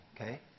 Okay